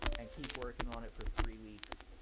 and keep workin' on it for three weeks.